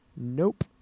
Nope